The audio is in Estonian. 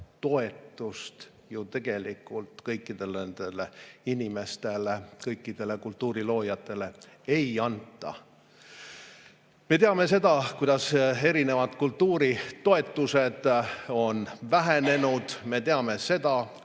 toetust kõikidele nendele inimestele, kõikidele kultuuriloojatele ei anta. Me teame seda, kuidas erinevad kultuuritoetused on vähenenud, me teame seda,